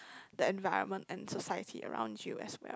the environment and society around you as well